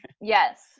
Yes